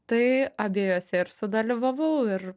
tai abiejuose ir sudalyvavau ir